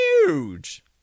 huge